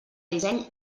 disseny